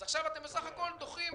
אז עכשיו אתם בסך הכול דוחים,